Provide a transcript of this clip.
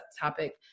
topic